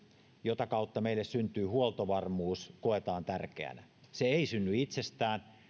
jota kautta meille syntyy huoltovarmuus koetaan tärkeänä se ei synny itsestään